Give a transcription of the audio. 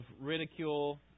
ridicule